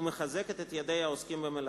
ומחזקת את ידי העוסקים במלאכה.